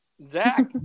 Zach